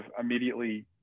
immediately